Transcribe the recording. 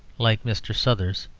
like mr. suthers.